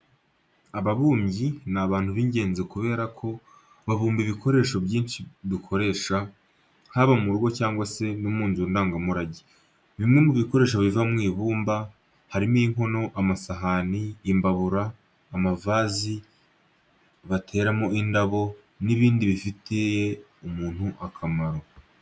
Ababumbyi ni abantu b'ingenzi kubera ko babumba ibikoresho byinshi dukoresha, haba mu rugo cyangwa se no mu nzu ndangamurage. Bimwe mu bikoresho biva mu ibumba harimo inkono, amasahani, imbabura, amavazi bateramo indabo n'ibindi bifitiye umuntu akamaro.